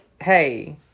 hey